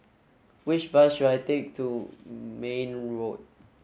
which bus should I take to Mayne Road